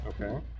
Okay